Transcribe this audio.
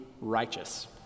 righteous